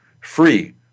free